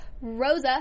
Rosa